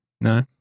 No